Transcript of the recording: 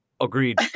agreed